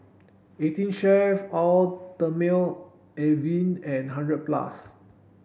Eighteen Chef Eau Thermale Avene and hundred plus